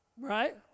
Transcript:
Right